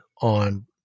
on